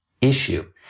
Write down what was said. issue